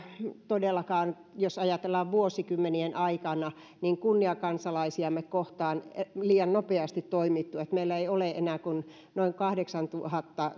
todellakaan vuosikymmenien aikana kunniakansalaisiamme kohtaan liian nopeasti toimittu meillä ei ole enää kuin noin kahdeksantuhatta